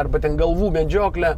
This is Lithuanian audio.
arba ten galvų medžioklę